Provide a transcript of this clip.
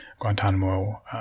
Guantanamo